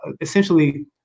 essentially